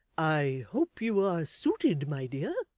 i hope you are suited, my dear